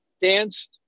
danced